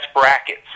brackets